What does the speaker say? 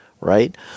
Right